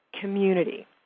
community